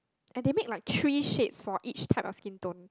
and they make like three shades for each type of skin tone